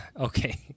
Okay